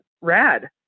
rad